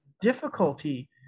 difficulty